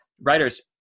writers